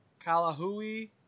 Kalahui